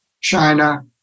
China